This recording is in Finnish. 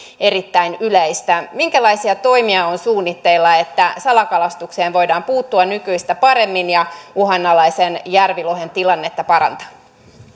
erittäin yleistä minkälaisia toimia on suunnitteilla että salakalastukseen voidaan puuttua nykyistä paremmin ja uhanalaisen järvilohen tilannetta parantaa